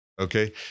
okay